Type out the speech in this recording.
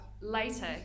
later